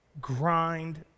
grind